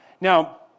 Now